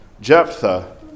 Jephthah